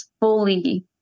fully